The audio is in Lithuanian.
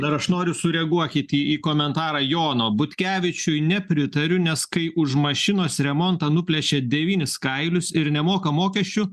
dar ar aš noriu sureaguokit į komentarą jono butkevičiui nepritariu nes kai už mašinos remontą nuplėšia devynis kailius ir nemoka mokesčių